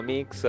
Mix